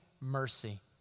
mercy